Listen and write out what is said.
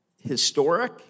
historic